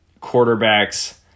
quarterbacks